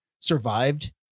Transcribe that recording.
survived